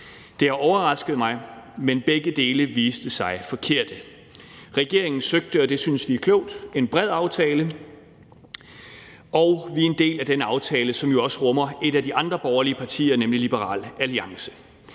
Det har overrasket mig, men begge dele viste sig forkerte. Regeringen søgte, og det synes vi er klogt, en bred aftale, og vi er en del af den aftale, som jo også rummer et af de andre borgerlige partier, nemlig Liberal Alliance.